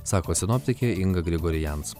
sako sinoptikė inga grigorians